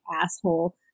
asshole